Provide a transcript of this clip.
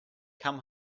come